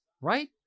Right